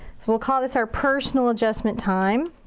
so we'll call this our personal adjustment time.